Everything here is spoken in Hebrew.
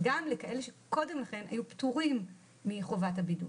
גם לכאלה שקודם לכן היו פטורים מחובת הבידוד.